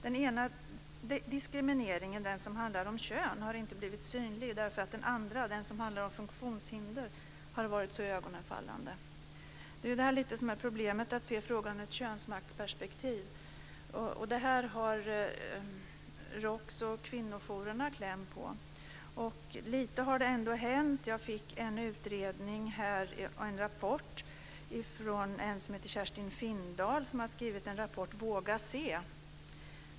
Den ena diskrimineringen, den som handlar om kön, har inte blivit synlig därför att den andra, den som handlar om funktionshinder, har varit så iögonfallande." Det här är lite grann problemet, dvs. att se frågan i ett könsmaktsperspektiv. Detta har ROX och kvinnojourerna kläm på. Lite har ändå hänt. Jag har fått en utredning, en rapport. Kerstin Finndahl har skrivit rapporten Våga Se.